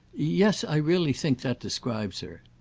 yes i really think that describes her.